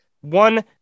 one